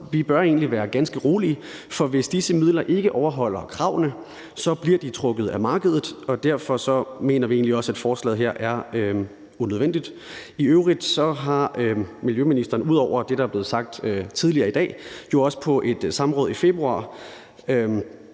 bør egentlig være ganske rolige, for hvis disse midler ikke overholder kravene, så bliver de trukket af markedet, og derfor mener vi egentlig også, at forslaget her er unødvendigt. I øvrigt har miljøministeren ud over det, der er blevet sagt tidligere i dag, jo også på et samråd i februar